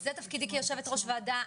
זה תפקידי כיושבת-ראש ועדה.